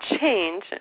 change